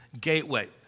Gateway